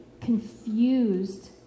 confused